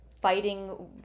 fighting